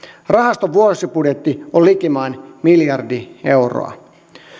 rahaston vuosibudjetti on likimain miljardi euroa